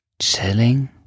Chilling